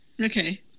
Okay